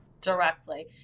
Directly